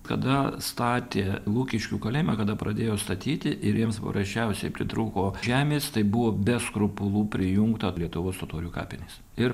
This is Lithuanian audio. kada statė lukiškių kalėjimą kada pradėjo statyti ir jiems paprasčiausiai pritrūko žemės tai buvo be skrupulų prijungta lietuvos totorių kapinės ir